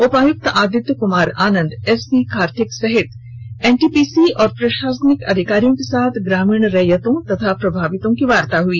उपायुक्त आदित्य कुमार आनंद एसपी कार्तिक सहित एनटीपीसी और प्रशासनिक अधिकारियों के साथ ग्रामीण रैयतों तथा प्रभावितों की वार्ता हुई